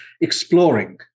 exploring